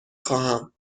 خواهم